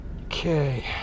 Okay